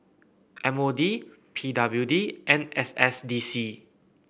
M O D P W D and S S D C